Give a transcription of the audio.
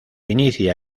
inicia